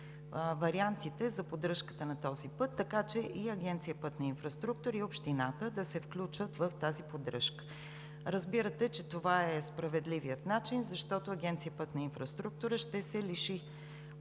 вариантите за поддръжката на този път, така че и Агенция „Пътна инфраструктура“, и общината да се включат в тази поддръжка. Разбирате, че това е справедливият начин, защото Агенция „Пътна инфраструктура“ ще се лиши от тази